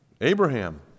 Abraham